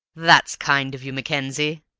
that's kind of you, mackenzie!